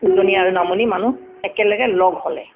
উজনি আৰু নামনি মানুহ একেলগে লগ হ'লে